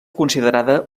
considerada